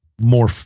more